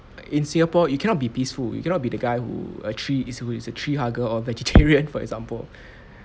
in singapore you cannot be peaceful you cannot be the guy who a tree who is a tree hugger or vegetarian for example